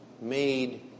made